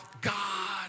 God